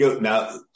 Now